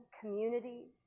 community